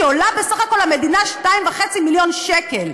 שעולה למדינה בסך הכול 2.5 מיליון שקל.